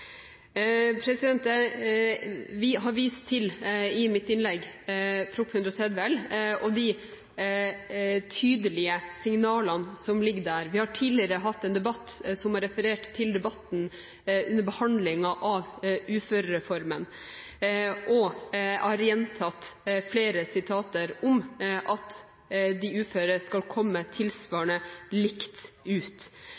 har i mitt innlegg vist til Prop. 130 L og de tydelige signalene som ligger der. Vi har tidligere hatt en debatt, som jeg har referert til, under behandlingen av uførereformen, og jeg har kommet med flere sitater om at de uføre skal komme